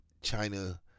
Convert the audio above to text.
China